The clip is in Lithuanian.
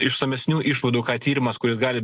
išsamesnių išvadų ką tyrimas kuris gali